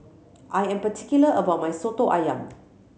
I am particular about my Soto Ayam